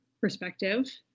perspective